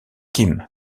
kim